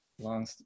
long